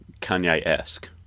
Kanye-esque